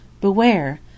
Beware